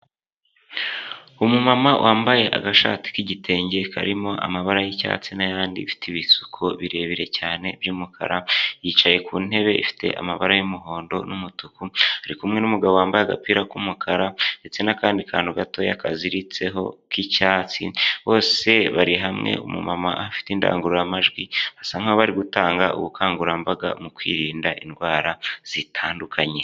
Umumama wambaye agashati k'igitenge karimo amabara y'icyatsi n'ayandidi ifite ibisuko birebire cyane by'umukara yicaye ku ntebe ifite amabara y'umuhondo n'umutuku. Ari kumwe n'umugabo wambaye agapira k'umukara ndetse n'akandi kantu gato kaziritseho k'icyatsi. Bose bari hamwe umumama afite indangururamajwi asa nkaho ari gutanga ubukangurambaga mu kwirinda indwara zitandukanye.